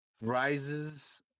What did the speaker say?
rises